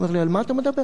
אמר לי: על מה אתה מדבר?